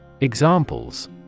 Examples